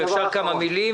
אם אפשר לומר כמה מילים,